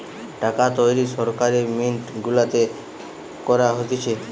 টাকা তৈরী সরকারি মিন্ট গুলাতে করা হতিছে